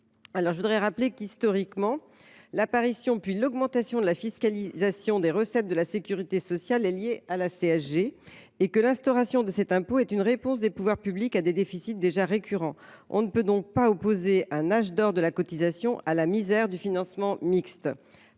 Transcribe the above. assimilées. Je rappelle qu’historiquement l’apparition puis l’augmentation de la fiscalisation des recettes de la sécurité sociale sont liées à la CSG et que l’instauration de cet impôt est une réponse des pouvoirs publics à des déficits déjà récurrents. On ne peut donc opposer un « âge d’or » de la cotisation à la misère du financement mixte.